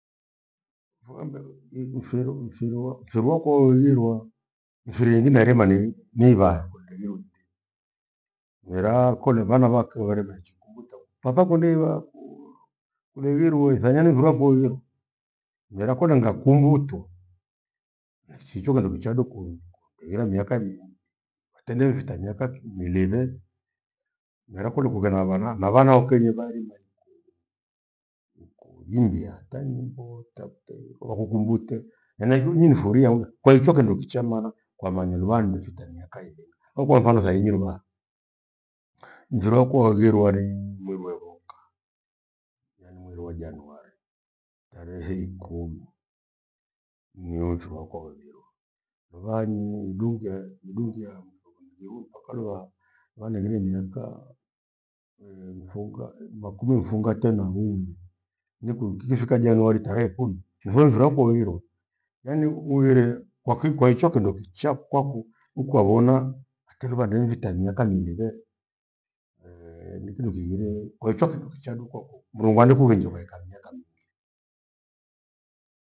Mfuambe- i- mfiru- mfiru wakwa we ghirwa, mfiri ninairima ni phae kondeniote. Miraa kore vana vake vairima injikumbuta ku. Papa kundeiphaa kuu- kureghirwa ithanya nifoghafo urio mera kore nkakumbutwa nachiichwa kindo kichadu kowu kughera miaka mivile kutende vitanya kakimithe ngarakughole na vana na vana ukerie varima ikweghe. Hikuimbia tanyimbo tate wakukumbute henachio nijifurie hamka kwaitho kindo kichaa maanya luvaa andefita miaka ile. Au kwa mfano thainyi luva, njuroku haghirwa ri- mweri wevoka yaani mweri wa januari tarehe ikumi, nimfiru wako wabeberwa. Luvanyi idungie- idungia mthu kunijerui mpaka luvaa vandeghira miaka foukaa makumi mfungate na umwi, nikwi kikefika januari tarehe ikumi nipho mphirwa wako weghirwa. Yaani hughirwe kwaki kwaicho kindo kichaa kwaku- ukwavona watiru vandu hevichitamia kamivile nitimuchighire kwaicho kindo kichaa dukwako, Mrungu andekughenja uwekaa miaka mingi.